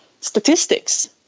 statistics